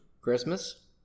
Christmas